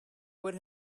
would